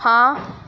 ਹਾਂ